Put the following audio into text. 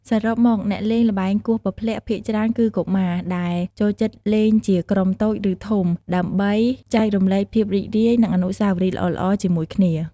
សរុបមក អ្នកលេងល្បែងគោះពព្លាក់ភាគច្រើនគឺកុមារ ដែលចូលចិត្តលេងជាក្រុមតូច ឬធំ ដើម្បីចែករំលែកភាពរីករាយ និងអនុស្សាវរីយ៍ល្អៗជាមួយគ្នា។